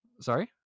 Sorry